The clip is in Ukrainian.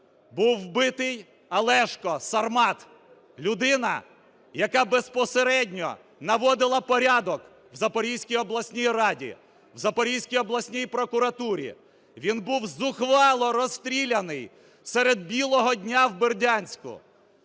був вбитий Олешко ("Сармат") - людина, яка безпосередньо наводила порядок в Запорізькій обласній раді, в Запорізькій обласній прокуратурі. Він був зухвало розстріляний серед білого дня в Бердянську.